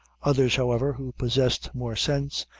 others, however, who possessed more sense,